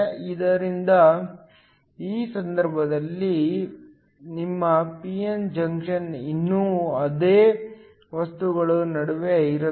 ಆದ್ದರಿಂದ ಈ ಸಂದರ್ಭದಲ್ಲಿ ನಿಮ್ಮ p n ಜಂಕ್ಷನ್ ಇನ್ನೂ ಅದೇ ವಸ್ತುಗಳ ನಡುವೆ ಇರುತ್ತದೆ